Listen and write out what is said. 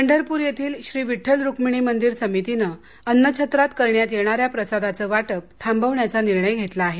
पंढरपूर येथील श्री विव्ठल रुक्मिणी मंदिर समितीनं अन्नछत्रात करण्यात येणाऱ्या प्रसादाचं वाटप थांबवण्याचा निर्णय घेतला आहे